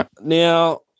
now